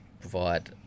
provide